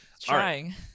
Trying